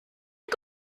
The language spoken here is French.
que